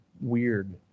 weird